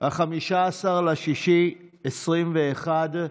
15 ביוני 2021,